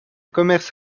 commerce